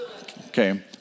Okay